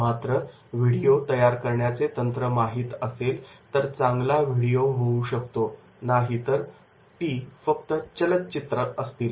मात्र व्हिडीओ तयार करण्याचे तंत्र माहीत असेल तर चांगला व्हिडिओ होऊ शकतो नाहीतर फक्त ती चलत्चित्र असतील